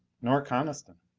nor coniston.